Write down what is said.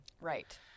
Right